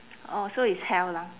orh so it's health lah